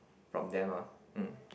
from them ah mm